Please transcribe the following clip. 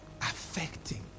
affecting